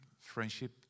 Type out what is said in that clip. friendship